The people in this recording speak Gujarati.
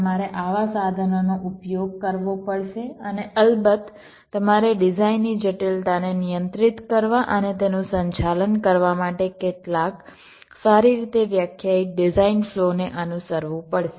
તમારે આવા સાધનોનો ઉપયોગ કરવો પડશે અને અલબત્ત તમારે ડિઝાઇનની જટિલતાને નિયંત્રિત કરવા અને તેનું સંચાલન કરવા માટે કેટલાક સારી રીતે વ્યાખ્યાયિત ડિઝાઇન ફ્લોને અનુસરવું પડશે